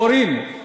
הורים,